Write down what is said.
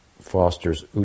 fosters